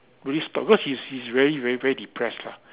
really stop because he's he's really really very depressed lah